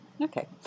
Okay